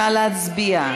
נא להצביע.